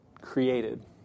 created